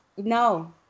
No